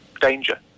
danger